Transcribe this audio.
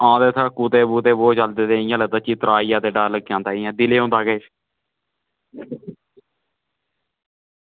हां ते उत्थें कुत्ते भूते ते ओह् चलदे ते इ'यां लगदा चित्तरा आई गेआ ते डर लग्गी जंदा इ'यां ते दिलै ई होंदा किश